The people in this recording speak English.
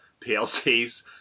PLCs